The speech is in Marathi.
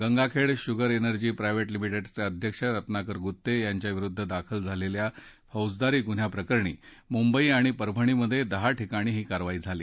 गंगाखेड शुगर एनर्जी प्रायव्हेट लिमिटेडचे अध्यक्ष रत्नाकर गुत्ते यांच्याविरुद्ध दाखल झालेल्या फौजदारी गुन्ह्याप्रकरणी मुंबई आणि परभणीत दहा ठिकाणी ही कारवाई झाली